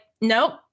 Nope